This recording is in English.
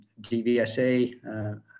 DVSA